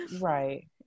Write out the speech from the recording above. Right